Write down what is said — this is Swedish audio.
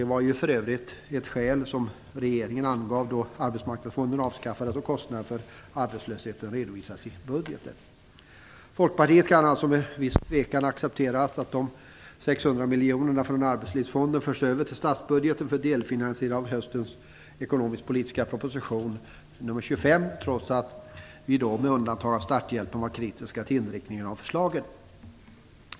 Det var för övrigt ett skäl som regeringen angav då Arbetsmarkandsfonden avskaffades och kostnaderna för arbetslösheten redovisades i budgeten. Folkpartiet kan med viss tvekan acceptera att de 600 miljonerna från Arbetslivsfonden förs över till statsbudgeten för delfinansiering av höstens ekonomisk-politiska proposition nr 25, trots att vi med undantag för starthjälpen var kritiska till inriktningen av förslaget.